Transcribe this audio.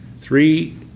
Three